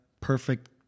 perfect